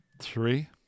three